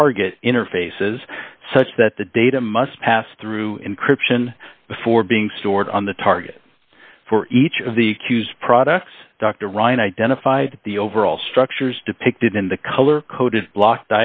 target interfaces such that the data must pass through encryption before being stored on the target for each of the queues products dr ryan identified the overall structures depicted in the color coded block